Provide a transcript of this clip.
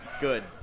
good